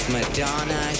Madonna